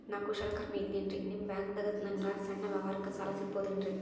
ನಾ ಕುಶಲಕರ್ಮಿ ಇದ್ದೇನ್ರಿ ನಿಮ್ಮ ಬ್ಯಾಂಕ್ ದಾಗ ನನ್ನ ಸಣ್ಣ ವ್ಯವಹಾರಕ್ಕ ಸಾಲ ಸಿಗಬಹುದೇನ್ರಿ?